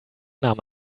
nahm